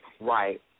Right